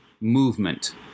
movement